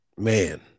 Man